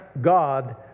God